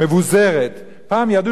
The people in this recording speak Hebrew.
פעם ידעו שיש דיקטטור אחד,